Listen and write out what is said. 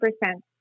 percent